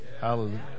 Hallelujah